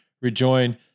rejoin